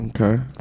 Okay